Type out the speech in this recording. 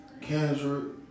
Kendrick